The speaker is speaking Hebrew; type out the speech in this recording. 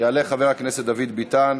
יעלה חבר הכנסת דוד ביטן,